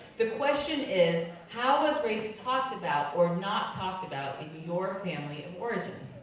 the question is, how was race and talked about, or not talked about, in your family of origin?